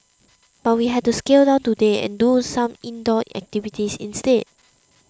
but we had to scale down today and do some indoor activities instead